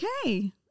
okay